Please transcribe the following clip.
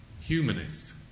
humanist